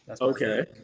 Okay